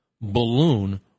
balloon